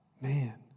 Man